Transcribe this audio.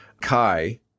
Kai